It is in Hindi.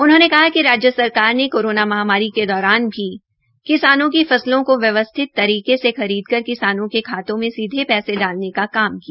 उन्होंने कहा कि राज्य सरकार ने कोरोना महामारी के दौरान भी किसानों की फसलों को व्यवस्थित तरीके से खरीदकर किसानों के खातों में सीधा पैसा डालने का काम किया